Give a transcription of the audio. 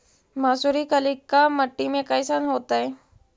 मसुरी कलिका मट्टी में कईसन होतै?